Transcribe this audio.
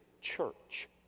church